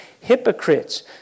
hypocrites